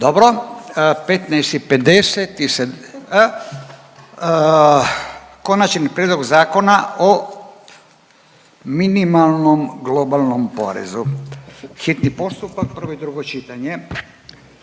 Gordan (HDZ)** Konačni prijedlog zakona o minimalnom globalnom porezu, hitni postupak, prvo i drugo čitanje,